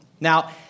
Now